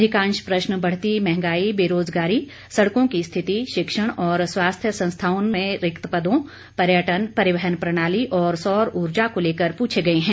अधिकांश प्रश्न बढती महंगाई बेरोजगारी सडकों की स्थिति शिक्षण और स्वास्थ्य संस्थाओं में रिक्त पदों पर्यटन परिवहन प्रणाली और सौर ऊर्जा को लेकर पूछे गये है